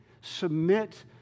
submit